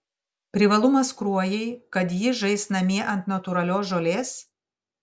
privalumas kruojai kad ji žais namie ant natūralios žolės